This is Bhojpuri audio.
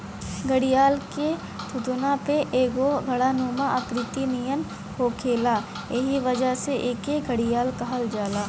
घड़ियाल के थुथुना पे एगो घड़ानुमा आकृति नियर होखेला एही वजह से एके घड़ियाल कहल जाला